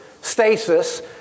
Stasis